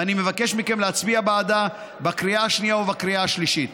ואני מבקש מכם להצביע בעדה בקריאה השנייה ובקריאה השלישית.